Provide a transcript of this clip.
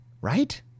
right